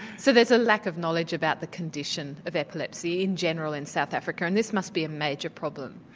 so there's a lack of knowledge about the condition of epilepsy in general in south africa and this must be a major problem?